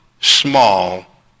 small